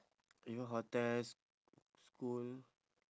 even hotels school